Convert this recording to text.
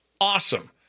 Awesome